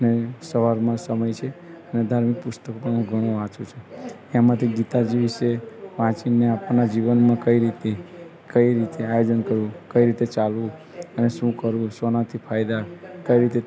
ને સવારમાં સમય છે અને ધાર્મિક પુસ્તકો હું ઘણું વાંચું છું એમાંથી ગીતાજી વિશે વાંચીને આપણા જીવનમાં કઈ રીતે કઈ રીતે આયોજન કરવું કઈ રીતે ચાલવું અને શુ કરવું શેનાથી ફાયદા કઈ રીતે તમારે